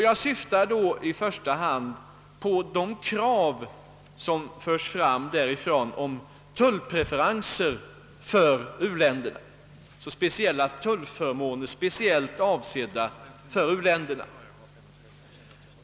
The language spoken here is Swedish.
Jag syftar då i första hand på de krav som framförs av u-länderna om tullpreferenser för dem, d.v.s. särskilda tullförmåner för u-länderna.